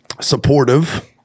supportive